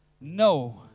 No